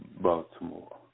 Baltimore